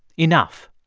enough.